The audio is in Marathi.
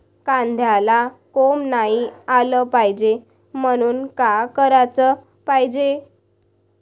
कांद्याला कोंब नाई आलं पायजे म्हनून का कराच पायजे?